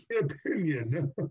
opinion